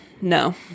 No